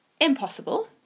impossible